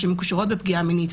שמקושרות לפגיעה מינית.